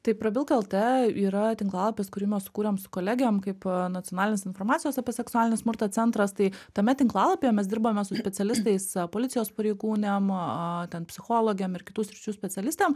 tai prabilk lt yra tinklalapis kurį mes sukūrėm su kolegėm kaip nacionalinis informacijos apie seksualinį smurtą centras tai tame tinklalapyje mes dirbame su specialistais policijos pareigūnėm ten psichologėm ir kitų sričių specialistėm